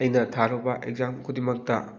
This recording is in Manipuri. ꯑꯩꯅ ꯊꯥꯔꯨꯕ ꯑꯦꯛꯖꯥꯝ ꯈꯨꯗꯤꯡꯃꯛꯇ